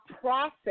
process